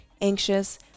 anxious